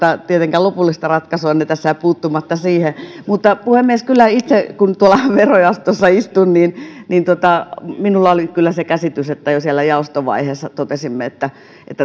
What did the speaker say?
lopullista ratkaisuanne tässä puuttumatta siihen puhemies kyllä kun tuolla verojaostossa istun minulla itselläni oli se käsitys että jo siellä jaostovaiheessa